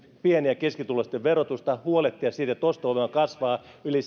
pieni ja keskituloisten verotusta huolehtia siitä että ostovoima kasvaa yli